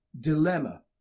dilemma